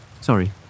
Sorry